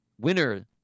Winner